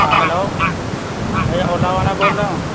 ہاں ہیلو بھیّا اولا والا بول رہے ہو